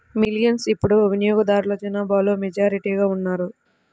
millennials ఇప్పుడు వినియోగదారుల జనాభాలో మెజారిటీగా ఉన్నారు